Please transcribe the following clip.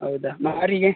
ಹೌದಾ ಮಾರಿಗೆ